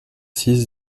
six